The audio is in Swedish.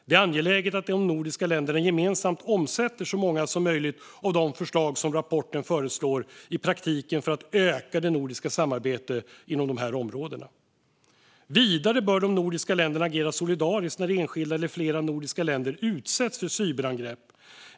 Det är angeläget att de nordiska länderna gemensamt omsätter så många som möjligt av de förslag som rapporten föreslår i praktiken för att öka det nordiska samarbetet inom dessa områden. Vidare bör de nordiska länderna agera solidariskt när enskilda eller flera nordiska länder utsätts för cyberangrepp.